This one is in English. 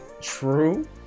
true